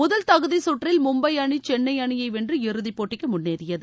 முதல் தகுதி கற்றில் மும்பை அணி சென்னை அணியை வென்று இறுதி போட்டிக்கு முன்னேறியது